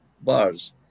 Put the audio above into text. bars